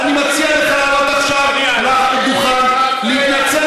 אני מציע לך לעלות עכשיו לדוכן ולהתנצל